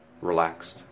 relaxed